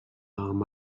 amb